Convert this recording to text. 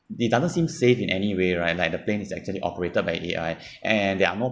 they doesn't seem safe in any way right like the plane is actually operated by A_I and there are more